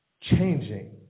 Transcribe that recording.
changing